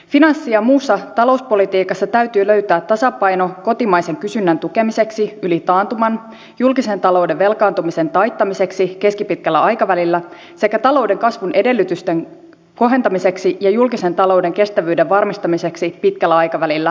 finanssi ja muussa talouspolitiikassa täytyy löytää tasapaino kotimaisen kysynnän tukemiseksi yli taantuman julkisen talouden velkaantumisen taittamiseksi keskipitkällä aikavälillä sekä talouden kasvun edellytysten kohentamiseksi ja julkisen talouden kestävyyden varmistamiseksi pitkällä aikavälillä